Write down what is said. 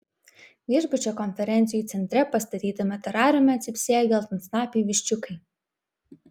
viešbučio konferencijų centre pastatytame terariume cypsėjo geltonsnapiai viščiukai